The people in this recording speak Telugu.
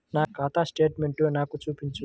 నా ఖాతా స్టేట్మెంట్ను నాకు చూపించు